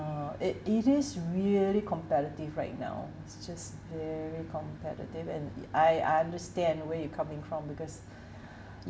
it it is really competitive right now it's just very competitive and I I understand where you're coming from because